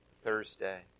Thursday